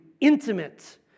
intimate